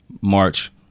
March